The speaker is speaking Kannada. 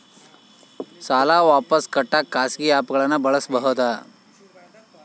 ಸಾಲ ವಾಪಸ್ ಕಟ್ಟಕ ಖಾಸಗಿ ಆ್ಯಪ್ ಗಳನ್ನ ಬಳಸಬಹದಾ?